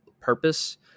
purpose